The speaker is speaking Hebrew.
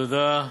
תודה.